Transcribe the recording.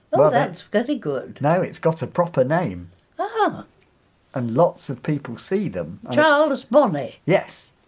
oh that's very good no, it's got a proper name but and lots of people see them charles bonnet? yes,